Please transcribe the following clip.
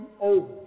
over